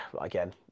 again